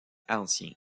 ancien